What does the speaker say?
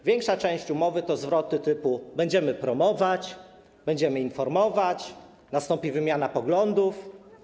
Większa część umowy to zwroty typu: będziemy promować, będziemy informować, nastąpi wymiana poglądów.